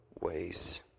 ways